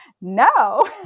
no